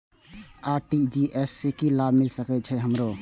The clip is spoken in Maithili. आर.टी.जी.एस से की लाभ मिल सके छे हमरो?